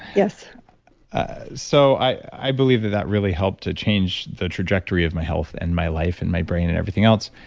ah so i i believe that that really helped to change the trajectory of my health and my life and my brain and everything else.